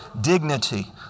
dignity